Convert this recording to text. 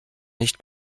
nicht